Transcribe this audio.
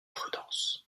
prudence